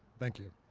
thank you.